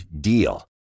DEAL